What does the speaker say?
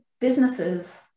businesses